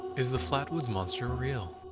is the flatwoods monster real?